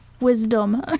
wisdom